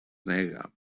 nega